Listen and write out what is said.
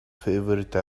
favorite